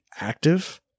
active